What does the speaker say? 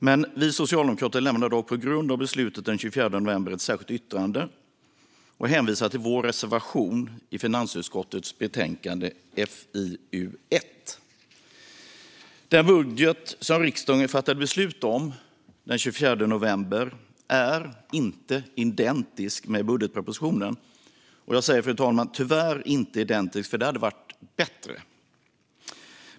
Men vi socialdemokrater lämnar dock på grund av beslutet den 24 november ett särskilt yttrande och hänvisar till vår reservation i finansutskottets betänkande FiU1. Den budget som riksdagen fattade beslut om den 24 november är tyvärr inte identisk med budgetpropositionen. Och jag säger "tyvärr", för det hade varit bättre att den var det.